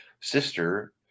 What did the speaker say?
sister